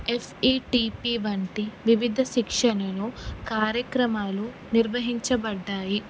FETP వంటి వివిధ శిక్షణలను కార్యక్రమాలు నిర్వహించబడ్డాయి